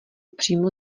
přímo